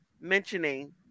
mentioning